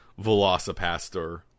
Velocipaster